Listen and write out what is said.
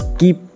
keep